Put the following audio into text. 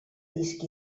disc